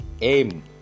aim